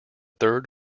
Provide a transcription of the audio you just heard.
third